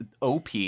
OP